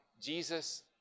Jesus